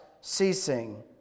ceasing